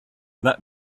that